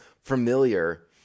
familiar